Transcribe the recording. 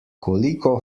koliko